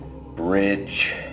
bridge